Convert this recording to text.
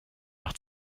nach